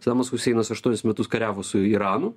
sadamas huseinas aštuonis metus kariavo su iranu